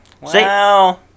wow